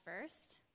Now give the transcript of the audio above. first